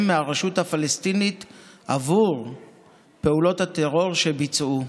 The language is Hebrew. מהרשות הפלסטינית עבור פעולות הטרור שביצעו.